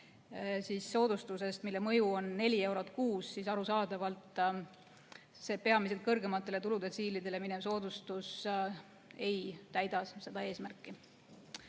soodustusest, mille mõju on 4 eurot kuus, siis arusaadavalt see peamiselt kõrgematele tuludetsiilidele minev soodustus ei täida seda eesmärki. Muudatuse